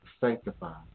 sanctified